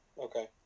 Okay